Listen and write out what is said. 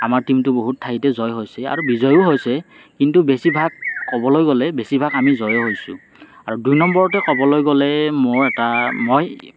আমাৰ টীমটো বহুত ঠাইতে জয় হৈছে আৰু বিজয়ো হৈছে কিন্তু বেছিভাগ ক'বলৈ গ'লে বেছিভাগ আমি জয় হৈছোঁ আৰু দুই নম্বৰতে ক'বলৈ গ'লে মোৰ এটা মই